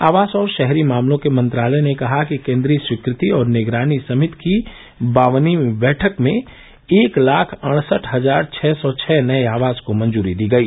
आवास और शहरी मामलों के मंत्रालय ने कहा कि केन्द्रीय स्वीकृति और निगरानी समिति की बावनवीं बैठक में एक लाख अड़सठ हजार छः सौ छः नये आवास को मंजूरी दी गई